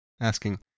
asking